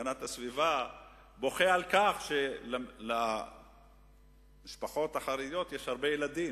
והגנת הסביבה בוכה על כך שלמשפחות החרדיות יש הרבה ילדים,